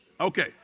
Okay